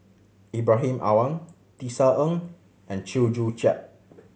Ibrahim Awang Tisa Ng and Chew Joo Chiat